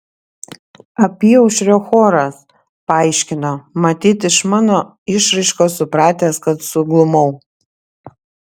apyaušrio choras paaiškino matyt iš mano išraiškos supratęs kad suglumau